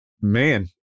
man